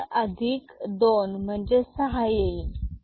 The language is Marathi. चार अधिक दोन म्हणजे सहा येईल